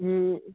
ਹੁੰ